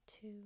two